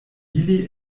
ili